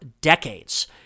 decades